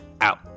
out